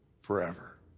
forever